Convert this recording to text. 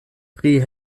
pri